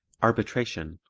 arbitration